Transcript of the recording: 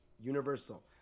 universal